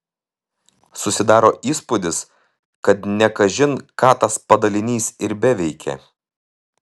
susidaro įspūdis kad ne kažin ką tas padalinys ir beveikė